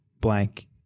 blank